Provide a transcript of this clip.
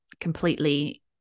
completely